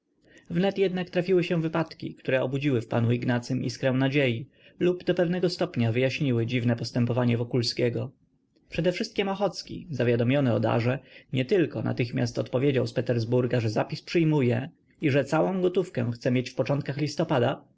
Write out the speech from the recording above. wnet jednak trafiły się wypadki które obudziły w panu ignacym iskrę nadziei lub do pewnego stopnia wyjaśniły dziwne postępowanie wokulskiego przedewszystkiem ochocki zawiadomiony o darze nietylko natychmiast odpowiedział z petersburga ze zapis przyjmuje i że całą gotówkę chce mieć w początkach listopada